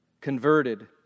converted